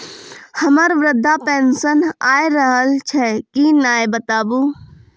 हमर वृद्धा पेंशन आय रहल छै कि नैय बताबू?